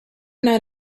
not